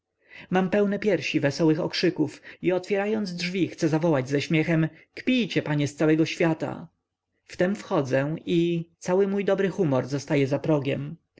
mam pełne piersi wesołych okrzyków i otwierając drzwi chcę zawołać ze śmiechem kpijcie panie z całego świata wtem wchodzę i cały mój dobry humor zostaje